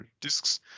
disks